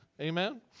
Amen